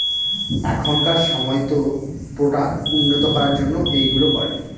এখনকার সময়তো প্রোডাক্ট উন্নত করার জন্য এইগুলো করে